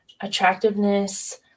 attractiveness